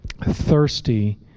thirsty